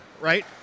right